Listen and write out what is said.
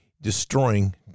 destroying